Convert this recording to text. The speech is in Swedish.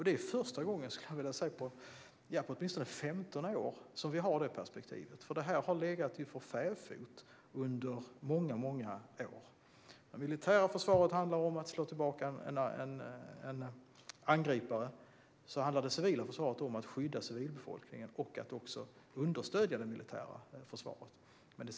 Det är första gången på åtminstone 15 år som vi har det perspektivet. Detta har legat för fäfot under många år. Om det militära försvaret handlar om att slå tillbaka en angripare, handlar det civila försvaret om att skydda civilbefolkningen och understödja det militära försvaret.